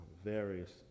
Various